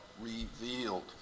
revealed